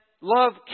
love